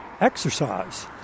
exercise